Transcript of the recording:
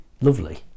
lovely